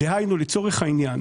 דהיינו לצורך העניין,